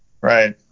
Right